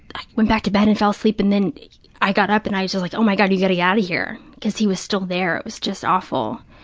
i went back to bed and fell asleep and then i got up and i was just like, oh, my god, you've got to get out of here, because he was still there. it was just awful.